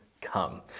Come